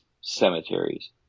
cemeteries